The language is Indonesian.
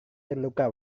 terluka